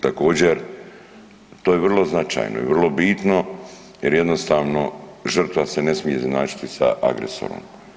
Također, to je vrlo značajno i vrlo bitno jer jednostavno žrtva se ne smije izjednačiti sa agresorom.